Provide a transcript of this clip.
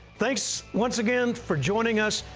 thanks once again for joining us,